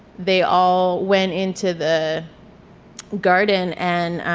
they all went in to the garden and